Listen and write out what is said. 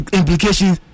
implications